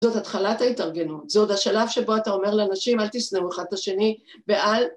זאת התחלת ההתארגנות, זה עוד השלב שבו אתה אומר לאנשים, אל תשנאו אחד את השני ואל